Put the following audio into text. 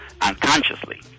unconsciously